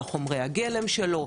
לחומרי הגלם שלו,